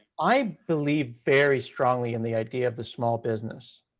i believe very strongly in the idea of the small business.